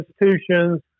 institutions